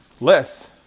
less